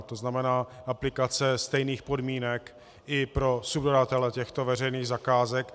To znamená aplikace stejných podmínek i pro subdodavatele těchto veřejných zakázek.